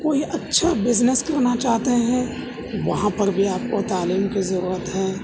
کوئی اچھا بزنس کرنا چاہتے ہیں وہاں پر بھی آپ کو تعلیم کی ضرورت ہے